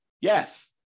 Yes